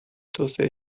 توسعه